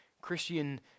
Christian